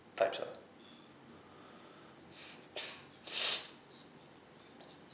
types ah